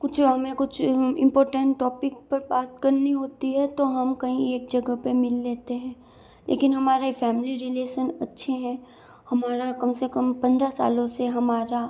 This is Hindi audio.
कुछ हमें कुछ इंपॉर्टेंट टॉपिक पर बात करनी होती है तो हम कहीं एक जगह पे मिल लेते हैं लेकिन हमारे फैमिली रिलेसन अच्छे हैं हमारा कम से कम पन्द्रह सालों से हमारा